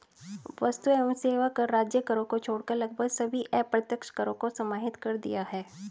वस्तु एवं सेवा कर राज्य करों को छोड़कर लगभग सभी अप्रत्यक्ष करों को समाहित कर दिया है